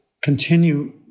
continue